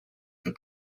the